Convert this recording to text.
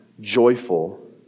joyful